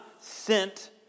sent